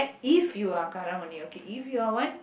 if you are Karang-Guni okay if you are one